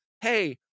hey